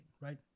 right